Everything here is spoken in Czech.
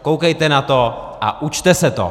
Koukejte na to a učte se to.